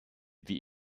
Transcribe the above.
wie